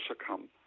succumb